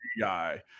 guy